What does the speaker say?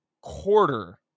quarter